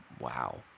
Wow